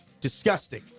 Disgusting